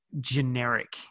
generic